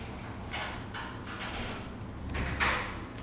actually I don't really want an unusual superpower எனக்கு:enakku